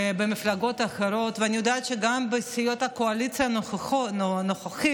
במפלגות האחרות ואני יודעת שגם בסיעות הקואליציה הנוכחית